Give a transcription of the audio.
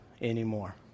anymore